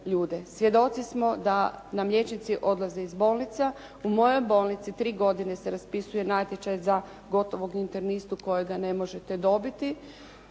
Svjedoci smo da nam liječnici odlaze iz bolnica. U mojoj bolnici tri godine se raspisuje natječaj za gotovog internistu kojega ne možete dobiti.